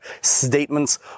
Statements